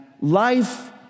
life